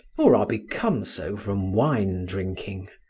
or are become so from wine drinking,